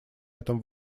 этом